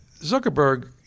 Zuckerberg